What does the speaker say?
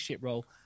role